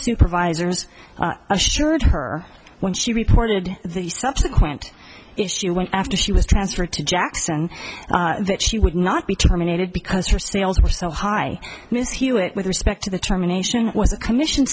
supervisors assured her when she reported the subsequent issue when after she was transferred to jackson that she would not be terminated because her sales were so high mr hewitt with respect to the terminations was a commission